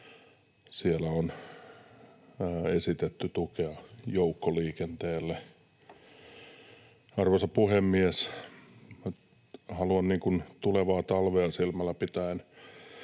Siellä on esitetty tukea joukkoliikenteelle. Arvoisa puhemies! Haluan tulevaa talvea silmällä pitäen